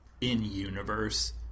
in-universe